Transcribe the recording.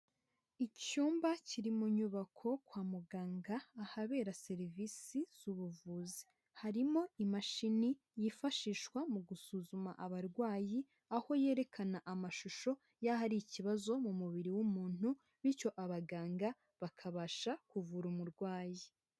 Icyumba kiri mu nyubako kwa muganga, ahabera serivise z'ubuvuzi, harimo imashini yifashishwa mu gusuzuma abarwayi aho yerekana amashusho y'aho ari ikibazo mu mubiri w'umuntu, bityo abaganga bakabasha kuvura umurwayi.